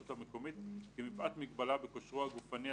המקומית כי מפאת מגבלה בכושרו הגופני,